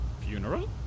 Funeral